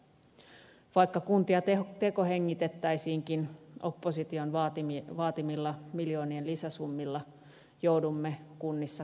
vaikka kuntia tekohengitettäisiinkin opposition vaatimilla miljoonien lisäsummilla joudumme kunnissa käärimään hihat